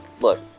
look